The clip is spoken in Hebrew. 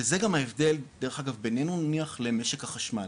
וזה גם ההבדל דרך אגב בינינו נניח למשק החשמל,